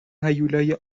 هیولای